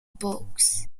books